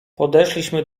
podeszliśmy